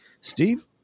Steve